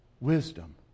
Wisdom